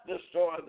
destroy